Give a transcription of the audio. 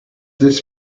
this